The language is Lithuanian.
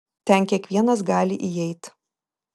ten kiekvienas gali įeit